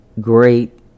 great